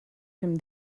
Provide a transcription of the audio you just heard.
him